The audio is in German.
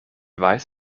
weiß